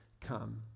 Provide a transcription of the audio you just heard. come